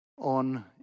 on